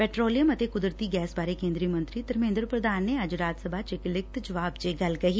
petroleum ਅਤੇ ਕੁਦਰਤੀ gas ਬਾਰੇ ਕੇਂਦਰੀ ਮੰਤਰੀ ਧਰਮੇਂਦਰ ਪੁਧਾਨ ਨੇ ਰਾਜ ਸਭਾ ਚ ਇਕ ਲਿਖਤ ਜਵਾਬ ਚ ਇਹ ਗੱਲ ਕਹੀ